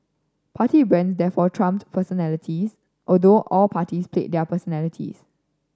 party brands therefore trumped personalities although all parties played their personalities